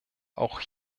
auch